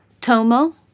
Tomo